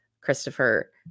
Christopher